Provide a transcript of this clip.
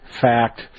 fact